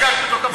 לא, לא.